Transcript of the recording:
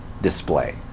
display